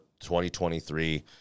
2023